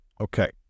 Okay